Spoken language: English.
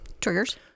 Triggers